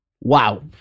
Wow